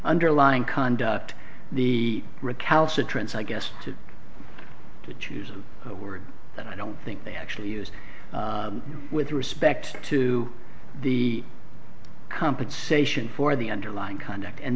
underlying conduct the recalcitrance i guess to to choose a word that i don't think they actually use with respect to the compensation for the underlying conduct and